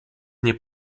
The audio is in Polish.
nie